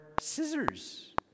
scissors